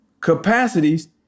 capacities